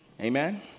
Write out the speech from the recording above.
Amen